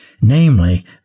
namely